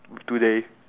today